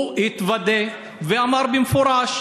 הוא התוודה ואמר במפורש: